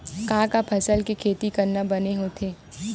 का का फसल के खेती करना बने होथे?